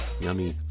Yummy